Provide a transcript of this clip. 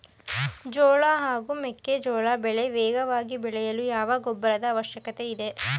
ಜೋಳ ಹಾಗೂ ಮೆಕ್ಕೆಜೋಳ ಬೆಳೆ ವೇಗವಾಗಿ ಬೆಳೆಯಲು ಯಾವ ಗೊಬ್ಬರದ ಅವಶ್ಯಕತೆ ಇದೆ?